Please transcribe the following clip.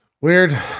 Weird